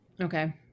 Okay